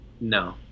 No